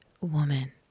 woman